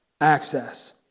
access